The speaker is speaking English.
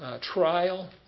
trial